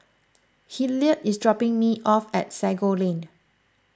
Hillard is dropping me off at Sago Lane